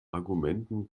argumenten